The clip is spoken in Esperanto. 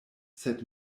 sed